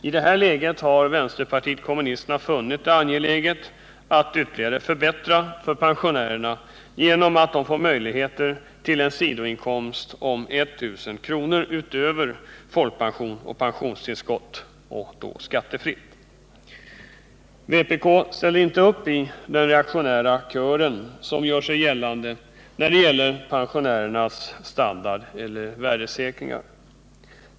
I detta läge har vpk funnit det angeläget att förbättra för pensionärerna genom att de får möjlighet till en skattefri sidoinkomst om 1 000 kr. utöver folkpension och pensionstillskott. Vpk ställer inte upp i den reaktionära kören som gör sig gällande i fråga om pensionärernas standardeller värdesäkring.